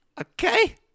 Okay